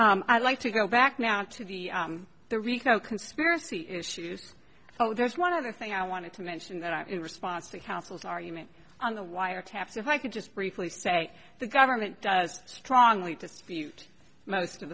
i'd like to go back now to the the rico conspiracy issues oh there's one other thing i wanted to mention that in response to counsel's argument on the wiretaps if i could just briefly say the government does strongly dispute most of